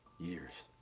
years.